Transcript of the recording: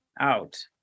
out